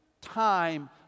time